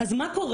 אז מה קורה?